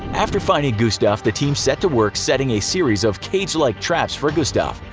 after finding gustave the team set to work setting a series of cage-like traps for gustave,